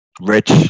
rich